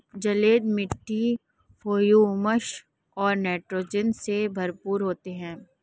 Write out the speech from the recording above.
जलोढ़ मिट्टी हृयूमस और नाइट्रोजन से भरपूर होती है